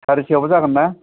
सारिथायावबा जागोन ना